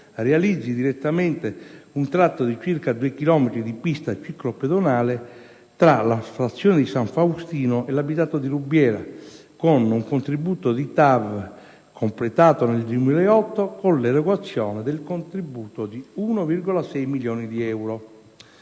realizzi direttamente un tratto di circa 2 chilometri di pista ciclopedonale tra la frazione di San Faustino e l'abitato di Rubiera, con un contributo di TAV completato nel 2008 con l'erogazione del contributo di 1,6 milioni di euro.